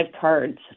cards